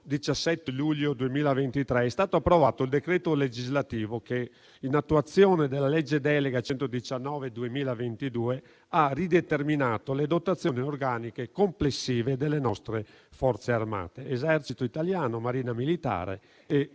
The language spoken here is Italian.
scorso 17 luglio 2023 è stato approvato il decreto legislativo che, in attuazione della legge delega n. 119 del 2022, ha rideterminato le dotazioni organiche complessive delle nostre Forze armate (Esercito italiano, Marina militare e